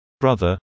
brother